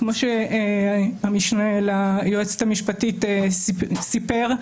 כפי שהמשנה ליועצת המשפטית סיפר,